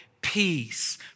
peace